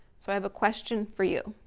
so i have a question for you.